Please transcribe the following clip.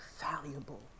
valuable